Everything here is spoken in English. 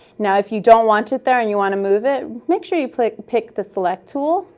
now if you don't want it there and you want to move it, make sure you pick pick the select tool,